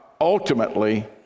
ultimately